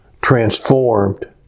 transformed